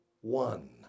one